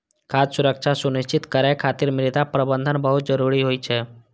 खाद्य सुरक्षा सुनिश्चित करै खातिर मृदा प्रबंधन बहुत जरूरी होइ छै